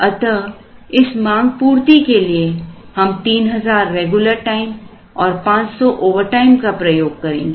अतः इस मांग पूर्ति के लिए हम 3000 रेगुलर टाइम और 500 ओवरटाइम का प्रयोग करेंगे